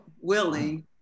willing